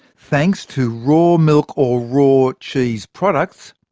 thanks to raw milk or raw cheese products,